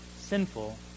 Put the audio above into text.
sinful